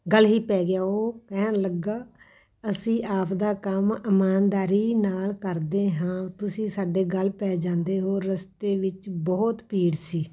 ਗਲ ਹੀ ਪੈ ਗਿਆ ਉਹ ਕਹਿਣ ਲੱਗਾ ਅਸੀਂ ਆਪਦਾ ਕੰਮ ਇਮਾਨਦਾਰੀ ਨਾਲ ਕਰਦੇ ਹਾਂ ਤੁਸੀਂ ਸਾਡੇ ਗਲ ਪੈ ਜਾਂਦੇ ਹੋ ਰਸਤੇ ਵਿੱਚ ਬਹੁਤ ਭੀੜ ਸੀ